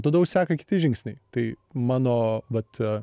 tada jau seka kiti žingsniai tai mano mat